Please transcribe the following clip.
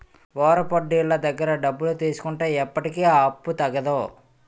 వారాపొడ్డీలోళ్ళ దగ్గర డబ్బులు తీసుకుంటే ఎప్పటికీ ఆ అప్పు తెగదు